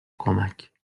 کمک